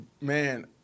man